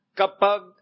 kapag